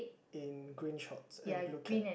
in green shorts and blue cap